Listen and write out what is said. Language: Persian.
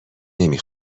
نمی